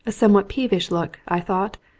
a somewhat peevish look, i thought,